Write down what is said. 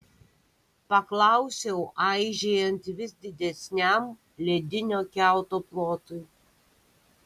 paklausiau aižėjant vis didesniam ledinio kiauto plotui